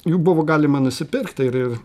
jų buvo galima nusipirkt ir ir